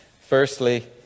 Firstly